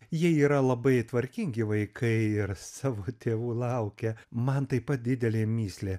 jie yra labai tvarkingi vaikai ir savo tėvų laukia man taip pat didelė mįslė